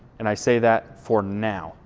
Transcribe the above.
and i say that for now,